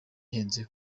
ihenze